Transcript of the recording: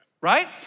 right